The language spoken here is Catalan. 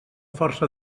força